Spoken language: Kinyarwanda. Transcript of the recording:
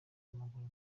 w’amaguru